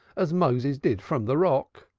as moses did from de rock.